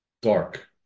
dark